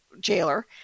jailer